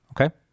Okay